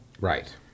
right